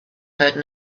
heard